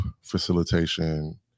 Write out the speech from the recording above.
facilitation